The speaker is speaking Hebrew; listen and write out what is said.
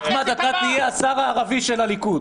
אחמד, אתה תהיה השר הערבי של הליכוד.